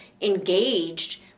engaged